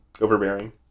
overbearing